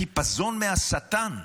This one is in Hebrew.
החיפזון מהשטן.